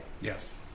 Yes